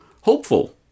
hopeful